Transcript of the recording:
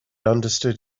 understood